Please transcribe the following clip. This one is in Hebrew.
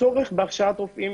הצורך בהכשרת רופאים